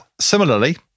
similarly